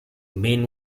mane